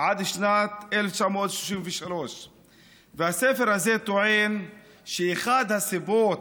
עד שנת 1933. הספר הזה טוען שאחד הסיבות